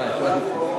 אה, הבנתי.